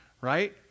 right